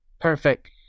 perfect